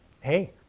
Hey